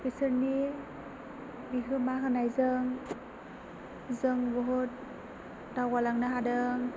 बिसोरनि बिहोमा होनायजों जों बुहुथ दावगालांनो हादों